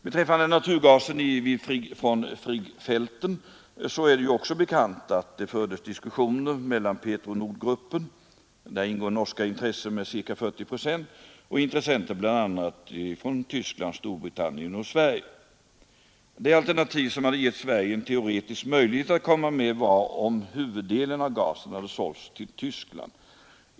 Beträffande naturgas från Friggfälten är det också bekant att det fördes diskussioner mellan Petronordgruppen — i denna ingår norska intressen med ca 40 procent — och intressenter från bl.a. Tyskland, Storbritannien och Sverige. Det alternativ som givit Sverige en teoretisk möjlighet att komma med var om huvuddelen av gasen hade sålts till Tyskland.